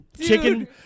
chicken